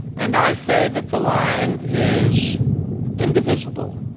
and i say that the line is indivisible.